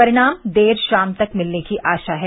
परिणाम देर शाम तक मिलने की आशा है